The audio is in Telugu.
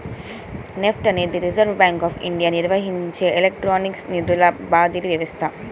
నెఫ్ట్ అనేది రిజర్వ్ బ్యాంక్ ఆఫ్ ఇండియాచే నిర్వహించబడే ఎలక్ట్రానిక్ నిధుల బదిలీ వ్యవస్థ